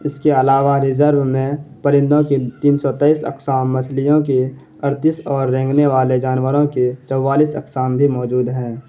اس کے علاوہ ریزرو میں پرندوں کی تین سو تیئس اقسام مچھلیوں کی اڑتیس اور رینگنے والے جانوروں کی چوالیس اقسام بھی موجود ہیں